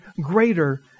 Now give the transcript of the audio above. greater